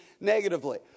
negatively